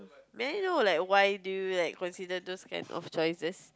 may I know like why do you like consider those kind of choices